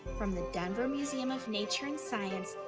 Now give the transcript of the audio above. from the denver museum of nature and science,